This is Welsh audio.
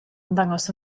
ymddangos